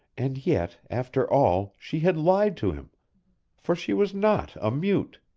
and yet, after all, she had lied to him for she was not a mute!